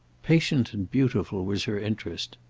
patient and beautiful was her interest.